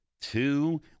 Two